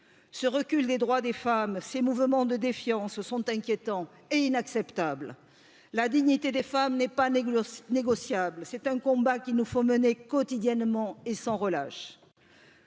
ce recul des droits des femmes ces mouvements de défiance sont inquiétants et inacceptables la dignité des femmes n'est pas négociable c'est un combat qu'il nous faut mener quotidiennement sans relâche.